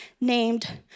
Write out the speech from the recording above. named